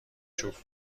چوب